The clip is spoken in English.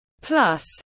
Plus